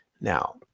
now